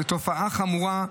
זו תופעה חמורה,